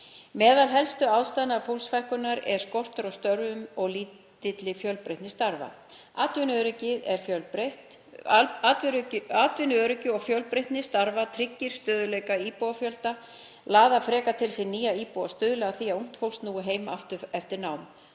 Meðal helstu ástæðna fólksfækkunarinnar er skortur á störfum og lítil fjölbreytni starfa. Atvinnuöryggi og fjölbreytni starfa tryggir stöðugleika í íbúafjölda, laðar frekar til sín nýja íbúa og stuðlar að því að ungt fólk snúi heim aftur eftir nám.